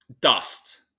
dust